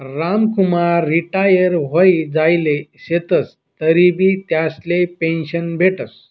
Ramkumar retire व्हयी जायेल शेतंस तरीबी त्यासले पेंशन भेटस